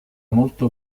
molto